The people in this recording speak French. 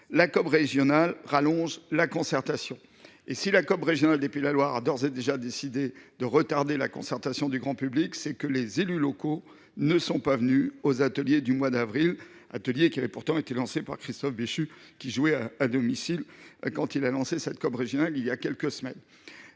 la COP régionale va rallonger la concertation en Pays de la Loire ». Si la COP régionale des Pays de la Loire a d’ores et déjà décidé de retarder la concertation du grand public, c’est que les élus locaux ne sont pas venus aux ateliers du mois d’avril dernier, pourtant lancés par Christophe Béchu, qui jouait à domicile en lançant cette COP régionale voilà quelques semaines.